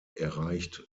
erreicht